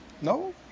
no